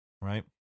Right